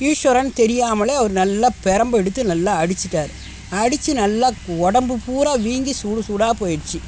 ஈஸ்வரன்னு தெரியாமலே அவர் நல்லா பெரம்ப எடுத்து நல்லா அடிச்சிட்டார் அடிச்சு நல்லா உடம்பு பூராக வீங்கி சூடு சூடாக போயிட்ச்சு